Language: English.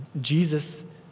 Jesus